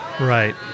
Right